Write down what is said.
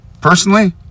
Personally